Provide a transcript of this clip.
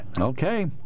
Okay